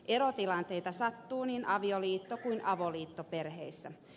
erotilanteita sattuu niin avioliitto kuin avoliittoperheissä